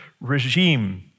regime